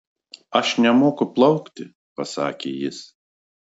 aš nemoku plaukti pasakė jis